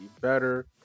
better